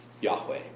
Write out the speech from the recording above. Yahweh